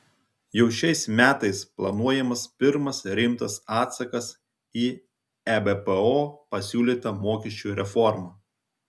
jau šiais metais planuojamas pirmas rimtas atsakas į ebpo pasiūlytą mokesčių reformą